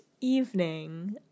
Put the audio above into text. evening